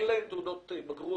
אין להן תעודת בגרות.